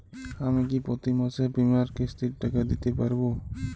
আমি কি প্রতি মাসে বীমার কিস্তির টাকা দিতে পারবো?